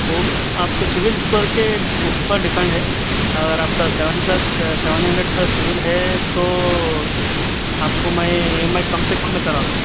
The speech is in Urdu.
وہ آپ کے سول اسکور کے اوپر ڈیپنڈ ہے اگر آپ کا seven plus seven hundred plus CIBIL ہے تو آپ کو میں ای ایم آئی کم سے کم میں کرا دوں گا